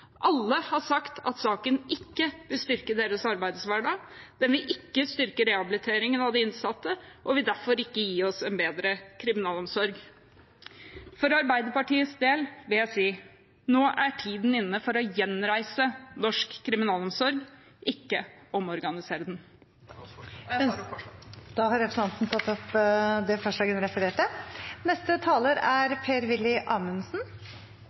Alle har sagt at saken ikke vil styrke deres arbeidshverdag – den vil ikke styrke rehabiliteringen av de innsatte og vil derfor ikke gi oss en bedre kriminalomsorg. For Arbeiderpartiets del vil jeg si: Nå er tiden inne for å gjenreise norsk kriminalomsorg, ikke omorganisere den. Jeg tar opp forslagene på vegne av Arbeiderpartiet og Senterpartiet. Representanten Aasen-Svensrud har tatt opp de forslagene hun refererte til. Neste taler